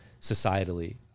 societally